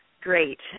great